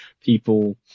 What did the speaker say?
people